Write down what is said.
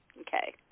Okay